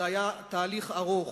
זה היה תהליך ארוך.